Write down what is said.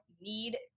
need